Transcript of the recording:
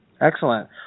Excellent